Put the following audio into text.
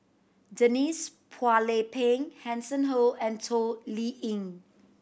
Denise Phua Lay Peng Hanson Ho and Toh Liying